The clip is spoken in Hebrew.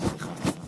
יש לך שלוש דקות.